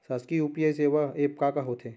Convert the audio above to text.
शासकीय यू.पी.आई सेवा एप का का होथे?